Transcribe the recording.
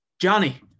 Johnny